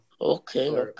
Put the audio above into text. Okay